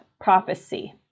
prophecy